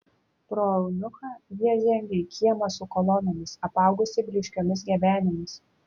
pro eunuchą jie žengė į kiemą su kolonomis apaugusį blyškiomis gebenėmis